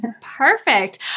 Perfect